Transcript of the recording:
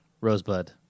Rosebud